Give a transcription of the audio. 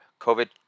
COVID